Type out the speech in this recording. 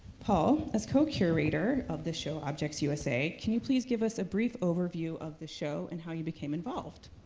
paul, as co-curator of this show, objects usa, can you please give us a brief overview of the show and how you became involved?